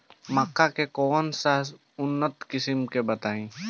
मक्का के कौन सा उन्नत किस्म बा बताई?